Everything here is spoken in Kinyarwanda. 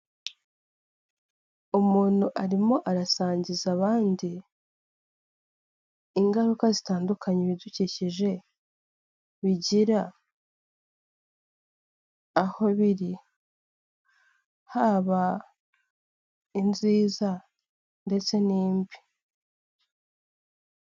Umuntu arimo arasangiza abandi ingaruka zitandukanye ibidukikije bigira aho biri haba inziza ndetse n'imbi.